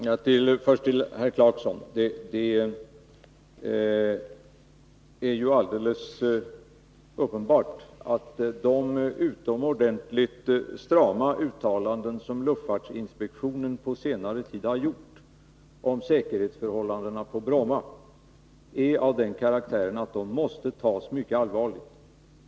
Herr talman! Först till herr Clarkson. Det är ju alldeles uppenbart att de utomordentligt strama uttalanden som luftfartsinspektionen på senare tid gjort om säkerhetsförhållandena på Bromma är av den karaktären att de måste tas mycket allvarligt.